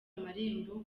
amarembo